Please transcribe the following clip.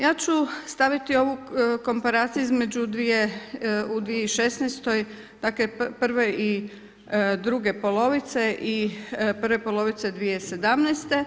Ja ću staviti ovu komparaciju između dvije, u 2016., dakle, prve i druge polovice i prve polovice 2017.